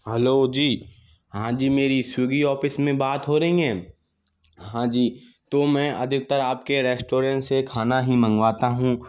hello जी हाँ जी मेरी स्विग्गी ऑपिस में बात हो रही है हाँ जी तो मैं अधिकतर आपके रेस्टोरेंट से खाना ही मंगवाता हूँ